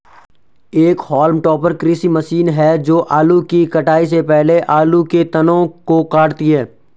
एक haulm topper कृषि मशीन है जो आलू की कटाई से पहले आलू के तनों को काटती है